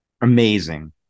amazing